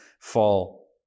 fall